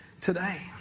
today